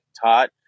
taught